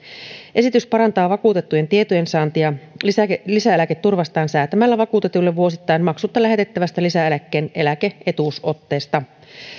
esitys parantaa vakuutettujen tietojensaantia lisäeläketurvastaan säätämällä vakuutetuille vuosittain maksutta lähetettävästä lisäeläkkeen eläke etuusotteesta